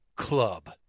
club